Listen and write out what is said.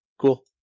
Cool